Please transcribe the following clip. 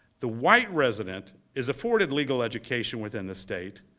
the white resident is afforded legal education within the state.